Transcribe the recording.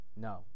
No